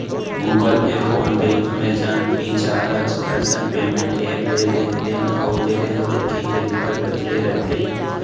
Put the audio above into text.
Google Pay, PhonePe, Amazon, Freecharge असन payment app ले लेनदेन अउ बेलेंस देखे के बिकल्प दिये रथे